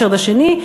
ריצ'רד השני,